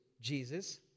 Jesus